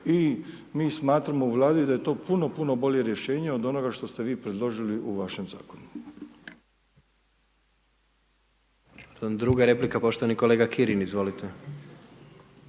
i mi smatramo u Vladi da je to puno, puno bolje rješenje od onoga što ste vi predložili u vašem zakonu. **Jandroković, Gordan (HDZ)** Druga replika poštovani kolega Kirin, izvolite.